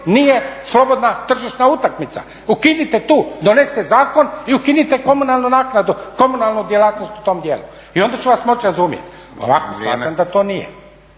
nije slobodna tržišna utakmica? Ukinite tu, donesite zakon i ukinite komunalnu naknadnu, komunalnu djelatnost u tom dijelu. I onda ću vas moći razumjeti. Ovako smatram da to nije.